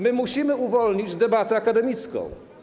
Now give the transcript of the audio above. Musimy uwolnić debatę akademicką.